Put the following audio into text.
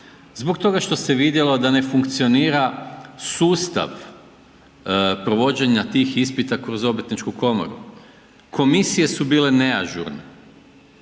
Zbog toga što se vidjelo da ne funkcionira sustav provođenja tih ispita kroz obrtničku komoru, komisije su bile neažurne,